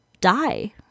die